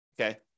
Okay